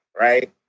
right